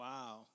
Wow